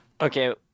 okay